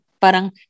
parang